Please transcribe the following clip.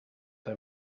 they